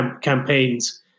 Campaigns